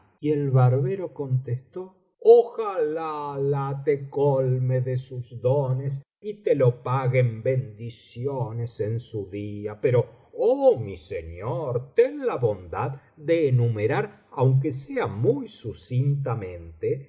y el barbero contestó ojalá alah te colme de sus dones y te lo pague en bendiciones en su día pero oh mi señor ten la bondad de enumerar aunque sea muy sucintamente